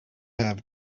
have